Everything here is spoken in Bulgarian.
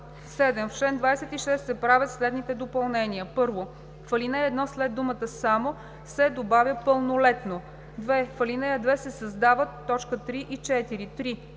7. В чл. 26 се правят следните допълнения: 1. В ал. 1 след думата „само“ се добавя „пълнолетно“. 2. В ал. 2 се създават т. 3 и 4: „3.